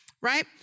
right